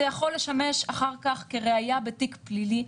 זה יכול לשמש אחר כך כראייה בתיק פלילי,